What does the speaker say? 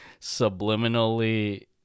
subliminally